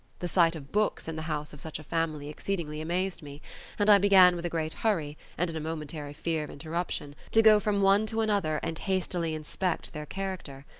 the sight of books in the house of such a family exceedingly amazed me and i began with a great hurry, and in momentary fear of interruption, to go from one to another and hastily inspect their character.